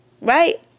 Right